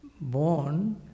born